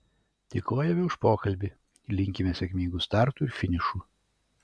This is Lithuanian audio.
dėkojame už pokalbį linkime sėkmingų startų ir finišų